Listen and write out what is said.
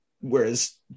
Whereas